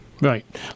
Right